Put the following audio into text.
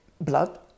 blood